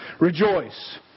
rejoice